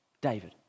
David